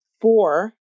four